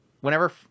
Whenever